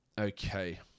Okay